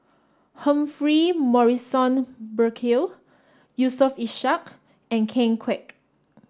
Humphrey Morrison Burkill Yusof Ishak and Ken Kwek